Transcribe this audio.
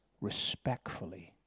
respectfully